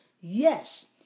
Yes